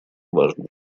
важной